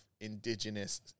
indigenous